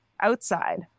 outside